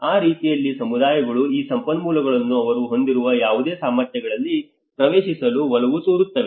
ಆದ್ದರಿಂದ ಆ ರೀತಿಯಲ್ಲಿ ಸಮುದಾಯಗಳು ಈ ಸಂಪನ್ಮೂಲಗಳನ್ನು ಅವರು ಹೊಂದಿರುವ ಯಾವುದೇ ಸಾಮರ್ಥ್ಯಗಳಲ್ಲಿ ಪ್ರವೇಶಿಸಲು ಒಲವು ತೋರುತ್ತವೆ